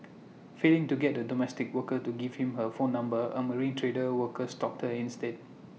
failing to get A domestic worker to give him her phone number A marine trade worker stalked her instead